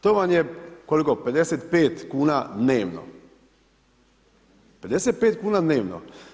To vam je koliko, 55 kuna dnevno, 55 kuna dnevno.